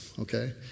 okay